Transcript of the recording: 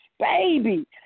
baby